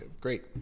great